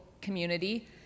community